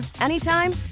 anytime